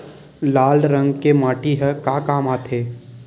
लाल रंग के माटी ह का काम आथे?